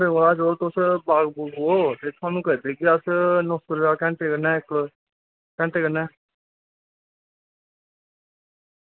ते सर ज्हार रपेआ लैने होने ते तुसेंगी करी देगे नौ रपेआ घैंटे कन्नै इक्क घैंटे कन्नै